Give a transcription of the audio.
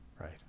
Right